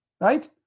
right